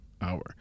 hour